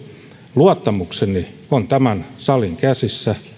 luottamukseni on tämän salin käsissä